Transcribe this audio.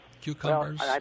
cucumbers